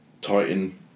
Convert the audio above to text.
Titan